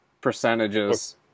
percentages